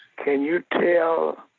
can you tell